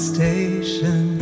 station